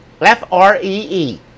F-R-E-E